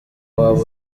waba